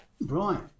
Right